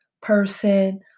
person